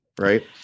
right